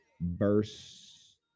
verse